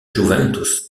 juventus